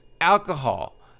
alcohol